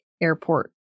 airport